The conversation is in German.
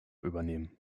übernehmen